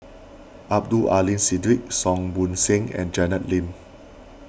Abdul Aleem Siddique Song Ong Siang and Janet Lim